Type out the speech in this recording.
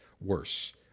worse